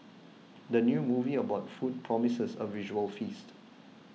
the new movie about food promises a visual feast